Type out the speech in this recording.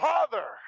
Father